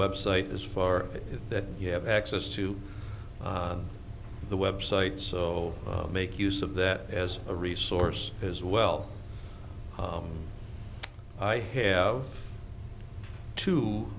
website as far is that you have access to the website so make use of that as a resource as well i have two